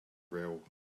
rail